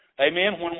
Amen